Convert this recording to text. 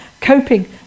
coping